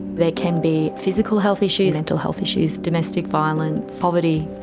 there can be physical health issues mental health issues, domestic violence, poverty.